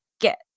get